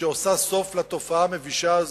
שעושה סוף לתופעה המבישה הזאת,